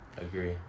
agree